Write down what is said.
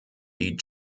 die